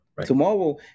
Tomorrow